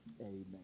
Amen